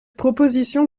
proposition